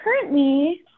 Currently